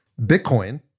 Bitcoin